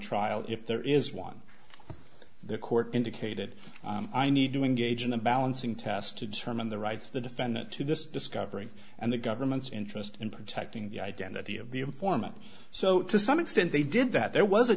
trial if there is one the court indicated i need to engage in a balancing test to determine the rights of the defendant to this discovery and the government's interest in protecting the identity of the informant so to some extent they did that there was a